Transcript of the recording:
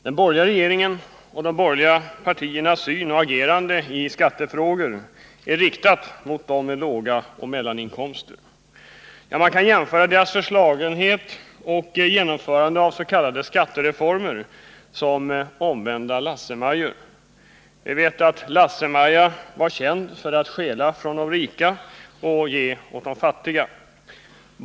Herr talman! Den borgerliga regeringens och de borgerliga partiernas syn på och agerande i skattefrågor är riktade mot dem som har låga och medelstora inkomster, ja, man kan jämföra deras förslagenhet och genomförande av s.k. skattereformer som omvända Lasse-Maja-historier. Vi vet att Lasse-Maja var känd för att stjäla från de rika och ge åt de fattiga.